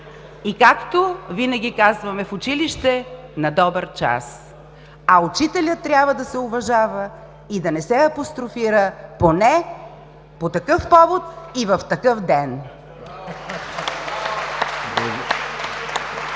И както винаги казваме в училище: „На добър час!“, а учителят трябва да се уважава и да не се апострофира поне по такъв повод и в такъв ден!